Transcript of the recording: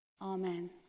amen